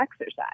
exercise